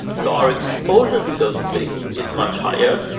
so our exposure to those things is much higher.